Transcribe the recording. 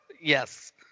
Yes